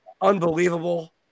Unbelievable